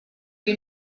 you